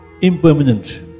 impermanent